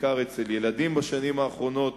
בעיקר אצל ילדים בשנים האחרונות,